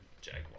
jaguar